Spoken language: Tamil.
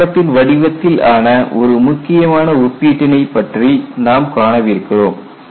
வரைபடத்தின் வடிவத்தில் ஆன ஒரு முக்கியமான ஒப்பீட்டினைப் பற்றி நாம் காணவிருக்கிறோம்